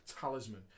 talisman